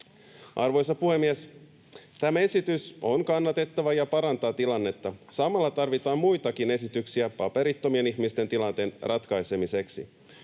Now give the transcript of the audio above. Arvoisa puhemies! Tämä esitys on kannatettava ja parantaa tilannetta. Samalla tarvitaan muitakin esityksiä paperittomien ihmisten tilanteen ratkaisemiseksi.